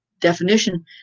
definition